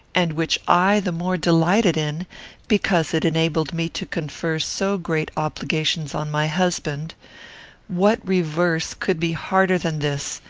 and which i the more delighted in because it enabled me to confer so great obligations on my husband what reverse could be harder than this,